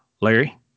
Larry